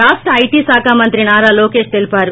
రాష్ట ఐటి శాఖ మంత్రి నార లోకేష్ తెలీపారు